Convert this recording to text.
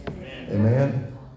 Amen